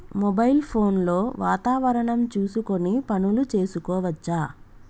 Mobile phone లో వాతావరణం చూసుకొని పనులు చేసుకోవచ్చా?